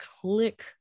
click